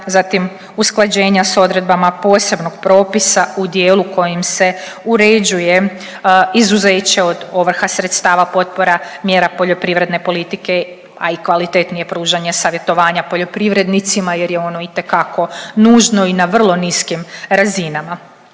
zatim usklađenja s odredbama posebnog propisa u dijelu kojim se uređuje izuzeće od ovrha sredstava potpora mjera poljoprivredne politike, a i kvalitetnije pružanje savjetovanja poljoprivrednicima jer je ono itekako nužno i na vrlo niskim razinama,